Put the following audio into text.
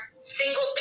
single